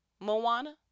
Moana